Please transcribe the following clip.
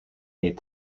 est